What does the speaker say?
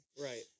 Right